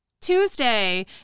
Tuesday